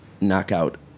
knockout